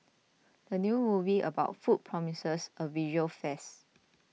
the new movie about food promises a visual feast